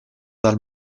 dal